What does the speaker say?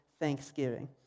thanksgiving